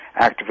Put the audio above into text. activists